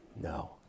No